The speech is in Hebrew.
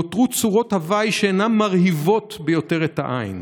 נוצרו צורות הווי שאינן מרהיבות ביותר את העין.